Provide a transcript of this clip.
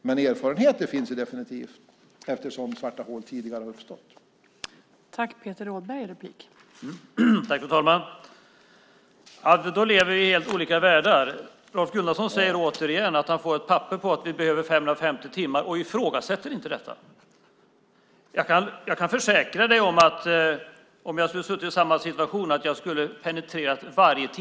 Men erfarenheter finns det givetvis, eftersom svarta hål har uppstått tidigare.